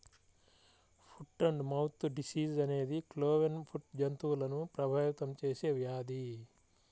foot and mouth disease అనేది cloven foot జంతువులను ప్రభావితం చేసే వ్యాధి